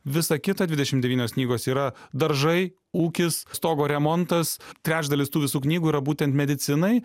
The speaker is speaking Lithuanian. visa kita dvidešimt devynios knygos yra daržai ūkis stogo remontas trečdalis tų visų knygų yra būtent medicinai